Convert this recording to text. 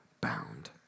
bound